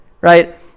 right